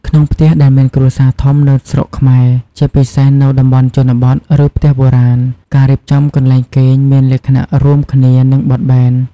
ក្នុងផ្ទះដែលមានគ្រួសារធំនៅស្រុកខ្មែរ ជាពិសេសនៅតំបន់ជនបទ ឬផ្ទះបុរាណ ការរៀបចំកន្លែងគេងមានលក្ខណៈរួមគ្នា និងបត់បែន។